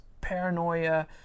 paranoia